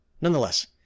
Nonetheless